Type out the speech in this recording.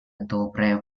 добрая